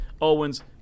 Owens